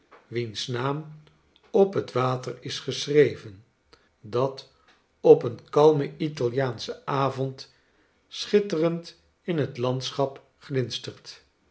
wiens naam op het water is geschreven dat op een kalmen italiaanschen avond schitterend in hetlandschap glinstert